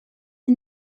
the